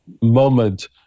moment